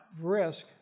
risk